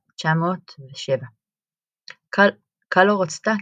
1907. קאלו רצתה,